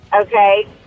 okay